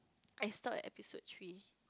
I stop at episode three